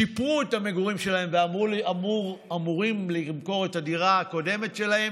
שיפרו את המגורים שלהם ואמורים למכור את הדירה הקודמת שלהם,